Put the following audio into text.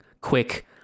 quick